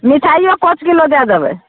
मिठाइयो पाँच किलो दए देबै